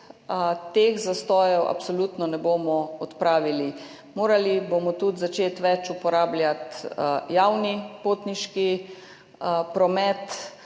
teh zastojev absolutno ne bomo odpravili. Morali bomo tudi začeti več uporabljati javni potniški promet,